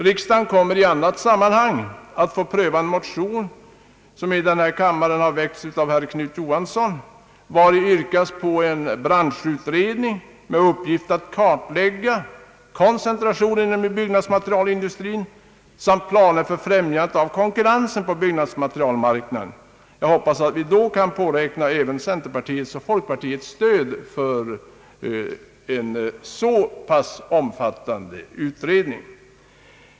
Riksdagen kommer i annat sammanhang att få pröva en motion som i denna kammare har väckts av herr Knut Johansson, i vilken det yrkas på en branschutredning med uppgift att kartlägga koncentrationen inom byggnadsmaterialindustrin samt planer för främjandet av konkurrensen på byggnadsmaterialmarknaden. Jag hoppas att vi då kan påräkna även centerpartiets och folkpartiets stöd för en så pass omfattande utredning.